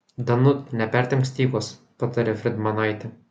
danut nepertempk stygos patarė fridmanaitė